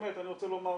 באמת אני רוצה לומר